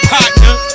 Partner